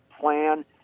plan